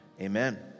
amen